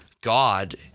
God